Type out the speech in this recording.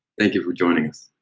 thank you for joining us.